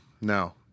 no